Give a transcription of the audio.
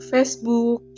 Facebook